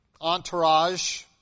entourage